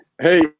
Hey